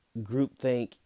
Groupthink